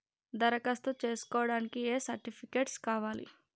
దరఖాస్తు చేస్కోవడానికి ఏ సర్టిఫికేట్స్ కావాలి?